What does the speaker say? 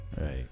Right